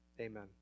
amen